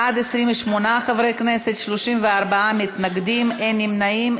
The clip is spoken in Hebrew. בעד, 28 חברי כנסת, 34 מתנגדים, אין נמנעים.